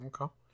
Okay